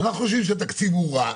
אנחנו חושבים שהתקציב הוא רע,